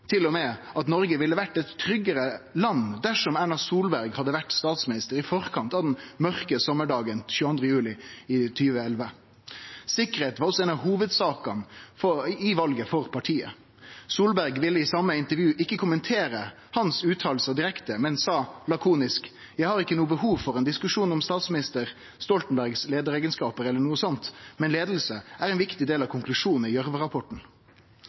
2013 at Noreg ville ha vore eit tryggare land dersom Erna Solberg hadde vore statsminister i forkant av den mørke sommardagen 22. juli i 2011. Sikkerheit var også ei av hovudsakene for partiet i valet. Solberg ville i det same intervjuet ikkje kommentere utsegnene til Oktay Dahl direkte, men sa lakonisk: «Jeg har ikke noen behov for en diskusjon om statsministerens lederegenskaper eller noe sånt. Men ledelse er en viktig del av konklusjonen i